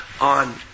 on